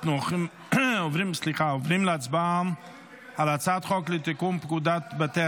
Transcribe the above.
אנחנו עוברים להצבעה על הצעת חוק לתיקון פקודת בתי